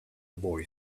boy